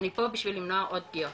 אני פה בשביל למנוע עוד פגיעות,